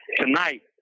Tonight